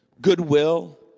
goodwill